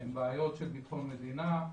הבעיות הם בעיות של ביטחון המדינה,